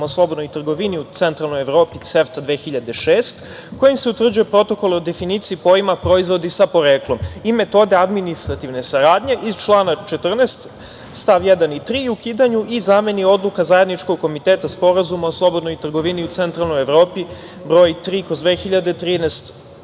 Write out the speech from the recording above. o slobodnoj trgovini u Centralnoj Evropi CEFTA 2006, kojim se utvrđuje Protokol o definiciji pojma „proizvodi sa poreklom“ i metode administrativne saradnje iz člana 14, stav 1. i 3. i ukidanju i zameni odluka Zajedničkog komiteta Sporazuma o slobodnoj trgovini u Centralnoj Evropi br.3/2013.